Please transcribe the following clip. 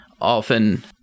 often